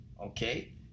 okay